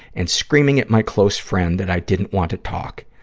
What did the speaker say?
and screaming at my close friend that i didn't want to talk.